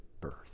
birth